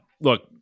Look